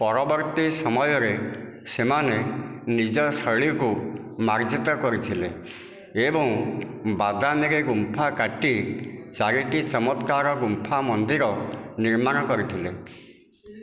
ପରବର୍ତ୍ତୀ ସମୟରେ ସେମାନେ ନିଜ ଶୈଳୀକୁ ମାର୍ଜିତ କରିଥିଲେ ଏବଂ ବାଦାମୀରେ ଗୁମ୍ଫା କାଟି ଚାରିଟି ଚମତ୍କାର ଗୁମ୍ଫା ମନ୍ଦିର ନିର୍ମାଣ କରିଥିଲେ